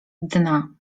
dna